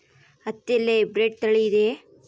ಹತ್ತಿಯಲ್ಲಿ ಹೈಬ್ರಿಡ್ ತಳಿ ಇದೆಯೇ?